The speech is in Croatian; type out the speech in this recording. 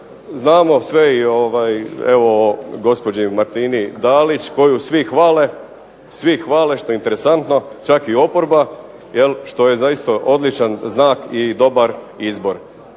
znamo sve evo o gospođi Martini Dalić koju svi hvale, svi hvale što je interesantno, čak i oporba, što je zaista odličan znak i dobar izbor.